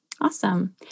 Awesome